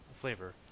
flavor